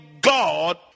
God